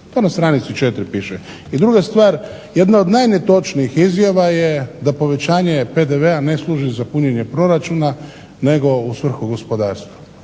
to na str.4 piše. I druga stvar, jedna od najnetočnijih izjava je da povećanje PDV-a ne služi za punjenje proračuna nego u svrhu gospodarstva.